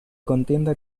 contienda